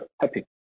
Happy